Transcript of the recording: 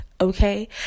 okay